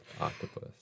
octopus